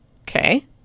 Okay